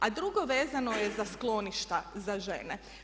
A drugo, vezano je za skloništa za žene.